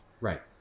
right